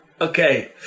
okay